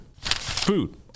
food